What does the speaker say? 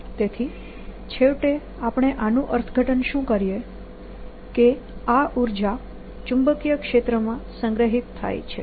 તેથી છેવટે આપણે આનું અર્થઘટન શું કરીએ કે આ ઉર્જા ચુંબકીય ક્ષેત્રમાં સંગ્રહિત થાય છે